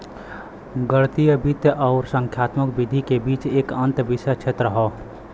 गणितीय वित्त आउर संख्यात्मक विधि के बीच एक अंतःविषय क्षेत्र हौ